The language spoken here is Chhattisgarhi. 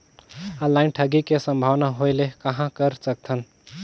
ऑनलाइन ठगी के संभावना होय ले कहां कर सकथन?